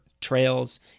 trails